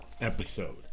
episode